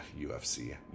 UFC